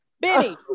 Benny